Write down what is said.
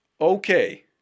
Okay